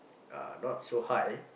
uh not so high